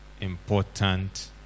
important